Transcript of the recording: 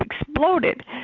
exploded